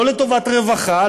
לא לטובת רווחה,